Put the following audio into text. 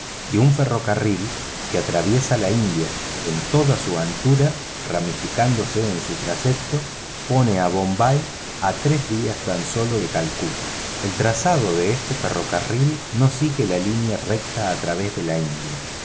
y un ferrocarril que atraviesa la india en toda su anchura ramificándose en su trayecto pone a bombay a tres días tan sólo de calcuta el trazado de este ferrocarril no sigue la línea recta a través de la india